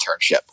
internship